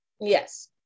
Yes